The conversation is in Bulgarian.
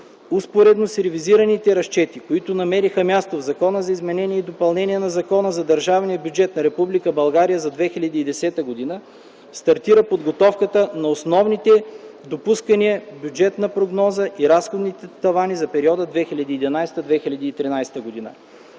Успоредно с ревизираните разчети, които намериха място в Закона за изменение и допълнение на Закона за държавния бюджет на Република България за 2010 г., стартира подготовката на основните допускания в бюджетната прогноза и разходните тавани за периода 2011-2013 г.